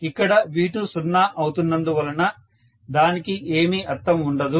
ఇక్కడ V2 సున్నా అవుతున్నందువలన దానికి ఏమీ అర్థం ఉండదు